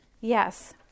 yes